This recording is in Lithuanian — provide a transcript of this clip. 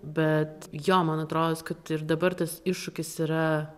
bet jo man atrodos kad ir dabar tas iššūkis yra